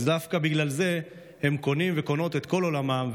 ודווקא בגלל זה הם קונים וקונות את כל עולמם,